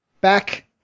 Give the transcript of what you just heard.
back